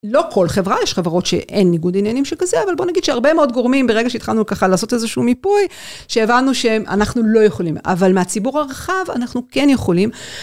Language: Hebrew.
לא כל חברה, יש חברות שאין ניגוד עניינים שכזה, אבל בוא נגיד שהרבה מאוד גורמים, ברגע שהתחלנו ככה לעשות איזשהו מיפוי, שהבנו שאנחנו לא יכולים, אבל מהציבור הרחב אנחנו כן יכולים.